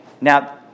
now